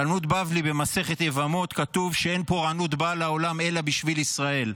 בתלמוד בבלי במסכת יבמות כתוב "אין פורענות באה לעולם אלא בשביל ישראל".